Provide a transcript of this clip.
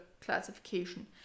classification